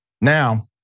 Now